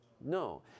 No